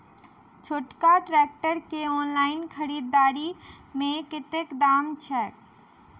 छोटका ट्रैक्टर केँ ऑनलाइन खरीददारी मे कतेक दाम छैक?